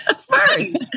first